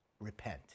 Repent